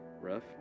rough